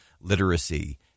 literacy